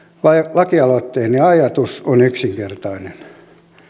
lakialoitteeni ajatus on yksinkertainen